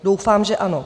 Doufám, že ano.